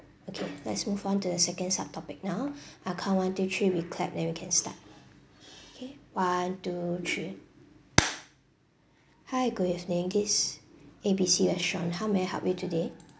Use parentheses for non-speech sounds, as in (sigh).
okay let's move on to the second sub topic now (breath) I'll count one two three we clap then we can start okay one two three hi good evening this A B C restaurant how may I help you today